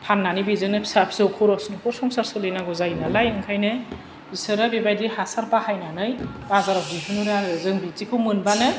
फाननानै बेजोंनो फिसा फिसौ खरस नखर संसार सोलिनांगौ जायो नालाय ओंखायनो बिसोरो बेबायदि हासार बाहायनानै बाजाराव दिहुनो आरो जों बिदिखौ मोनबानो